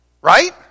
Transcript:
Right